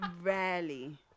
rarely